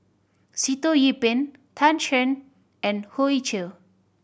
Sitoh Yih Pin Tan Shen and Hoey Choo